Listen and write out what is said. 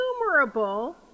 innumerable